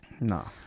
no